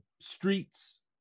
Streets